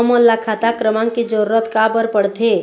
हमन ला खाता क्रमांक के जरूरत का बर पड़थे?